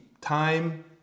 time